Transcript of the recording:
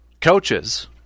coaches